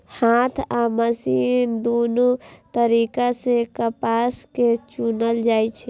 हाथ आ मशीन दुनू तरीका सं कपास कें चुनल जाइ छै